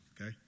okay